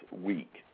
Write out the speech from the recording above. week